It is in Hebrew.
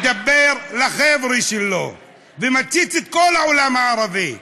מדבר לחבר'ה שלו ומצית את כל העולם הערבי.